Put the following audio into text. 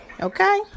okay